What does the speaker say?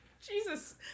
Jesus